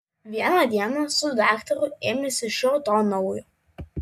vieną dieną su daktaru ėmėsi šio to naujo